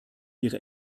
ihre